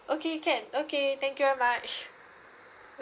okay can okay thank you very much